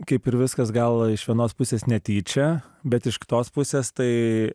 kaip ir viskas gal iš vienos pusės netyčia bet iš kitos pusės tai